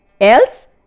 else